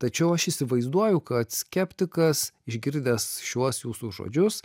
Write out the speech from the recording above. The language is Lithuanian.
tačiau aš įsivaizduoju kad skeptikas išgirdęs šiuos jūsų žodžius